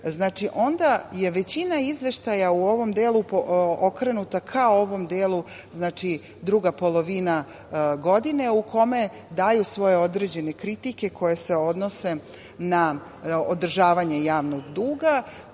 onda je većina izveštaja u ovom delu okrenuta ka ovom delu, znači druga polovina godine, u kome daju svoje određene kritike koje se odnose na održavanje javnog duga,